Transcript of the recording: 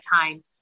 time